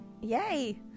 yay